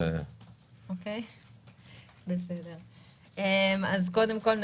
קודם כול,